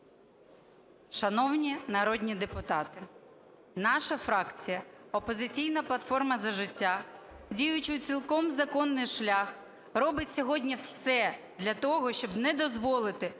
Шановні народні депутати, наша фракція "Опозиційна платформа - За життя", діючи у цілком законний шлях, робить сьогодні все для того, щоб не дозволити